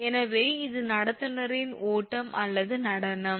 எனவே இது நடத்துனரின் ஓட்டம் அல்லது நடனம்